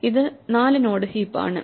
ഇത് 4 node heap ആണ്